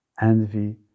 envy